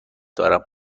دارم